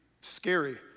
scary